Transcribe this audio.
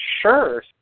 Sure